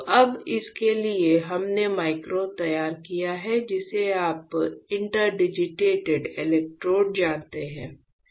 तो अब इसके लिए हमने माइक्रो तैयार किया है जिसे आप इंटरडिजिटेटेड इलेक्ट्रोड जानते हैं